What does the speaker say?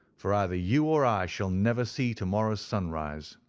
for either you or i shall never see to-morrow's sun rise